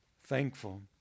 thankful